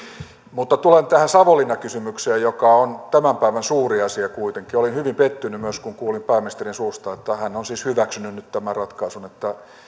mutta tulen tähän savonlinna kysymykseen joka on tämän päivän suuri asia kuitenkin olin hyvin pettynyt myös kun kuulin pääministerin suusta että hän on siis hyväksynyt nyt tämän ratkaisun